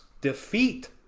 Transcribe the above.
defeat